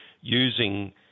using